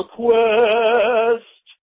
quest